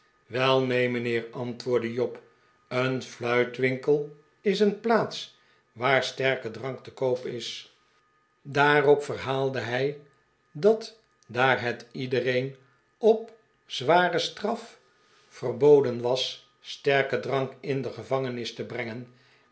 neen mijnheer antwoordde job een fluitwinkel is een plaats waar sterke drank te koop is daarop verhaalde hij dat daar het iedereen op zware straf verboden was sterken drank in de gevangenis te brengen